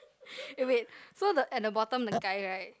eh wait so the at the bottom the guy right